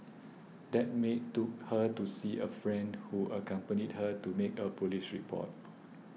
that maid took her to see a friend who accompanied her to make a police report